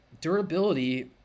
durability